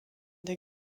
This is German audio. der